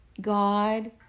God